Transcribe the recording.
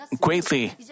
greatly